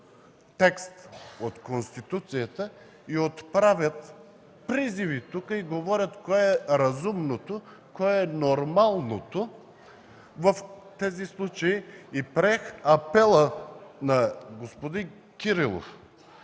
текст от Конституцията, отправят призиви тук и говорят кое е разумното, кое е нормалното в тези случаи. Приех апела на господин Кирилов.